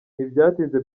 ntibyatinze